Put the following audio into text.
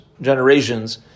Generations